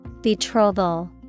Betrothal